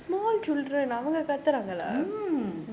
mm